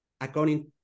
according